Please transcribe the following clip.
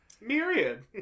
Myriad